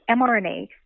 mRNA